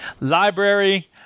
Library